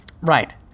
Right